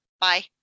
bye